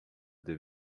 their